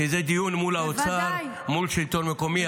-- כי זה דיון מול האוצר, מול שלטון מקומי.